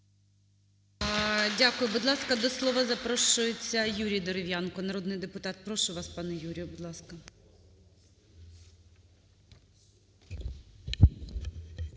Дякую. Будь ласка, до слова запрошується Юрій Дерев'янко, народний депутат. Прошу вас, пане Юрію, будь ласка.